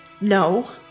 no